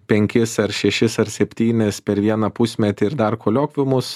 penkis ar šešis ar septynis per vieną pusmetį ir dar koliokviumus